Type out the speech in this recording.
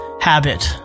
habit